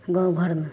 गाँव घरमे